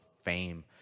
fame